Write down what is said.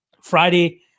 friday